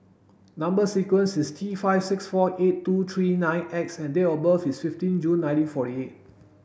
number sequence is T five six four eight two three nine X and date of birth is fifteen June nineteen forty eight